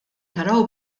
taraw